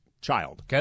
child